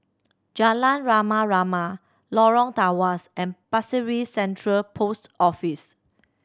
Jalan Rama Rama Lorong Tawas and Pasir Ris Central Post Office